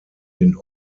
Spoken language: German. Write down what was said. den